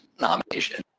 nomination